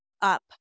up